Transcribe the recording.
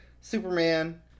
Superman